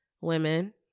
women